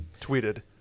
tweeted